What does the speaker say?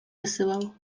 wysyłał